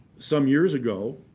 some years ago